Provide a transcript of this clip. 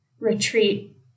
retreat